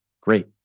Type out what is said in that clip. Great